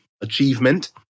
achievement